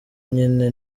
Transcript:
nyine